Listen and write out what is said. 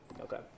Okay